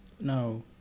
No